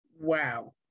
Wow